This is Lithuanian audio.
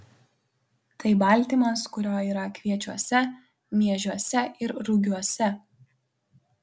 tai baltymas kurio yra kviečiuose miežiuose ir rugiuose